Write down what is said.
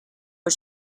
was